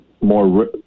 more